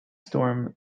storm